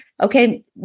okay